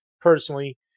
personally